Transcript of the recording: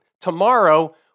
Tomorrow